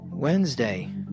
Wednesday